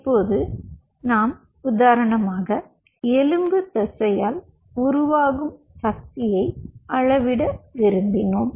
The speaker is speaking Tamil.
இப்போது நாம் உதாரணமாக எலும்பு தசையால் உருவாகும் சக்தியை அளவிட விரும்பினோம்